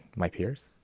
my peers,